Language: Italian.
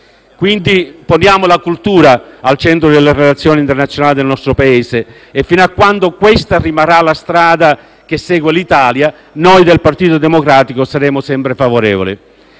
Quindi, poniamo la cultura al centro delle relazioni internazionali del nostro Paese e fino a quando questa rimarrà la strada che l'Italia segue, noi del Partito Democratico saremo sempre favorevoli.